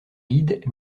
guide